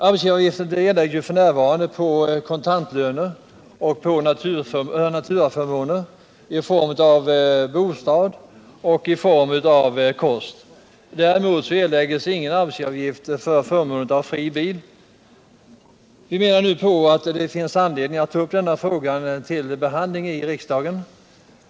Arbetsgivaravgifter erlägges f. n. på kontantlöner och på naturaförmåner i form av bostad och i form av kost. Däremot erläggs ingen arbetsgivaravgift för förmånen av fri bil. Vi menar nu att det finns anledning att ta upp denna fråga till behandling i riksdagen.